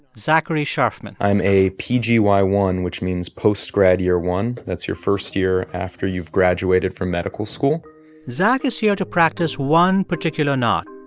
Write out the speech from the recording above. zachary sharfman i'm a p g y one which means postgrad year one. that's your first year after you've graduated from medical school zach is here to practice one particular knot,